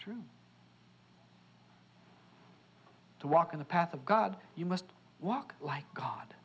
true to walk in the path of god you must walk like god